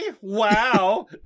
Wow